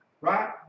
Right